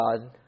God